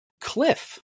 Cliff